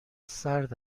سرد